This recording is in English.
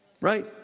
Right